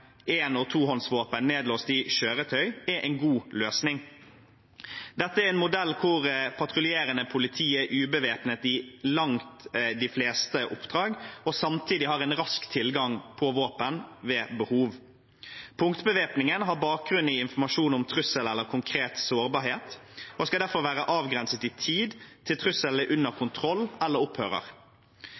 nedlåst i kjøretøy, er en god løsning. Dette er en modell hvor patruljerende politi er ubevæpnet i langt de fleste oppdrag og samtidig har en rask tilgang til våpen ved behov. Punktbevæpningen har bakgrunn i informasjon om trusler eller konkret sårbarhet og skal derfor være avgrenset i tid, til trusselen er under kontroll eller opphører.